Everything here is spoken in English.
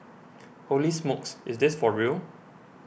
holy smokes is this for real